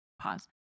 Pause